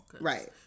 Right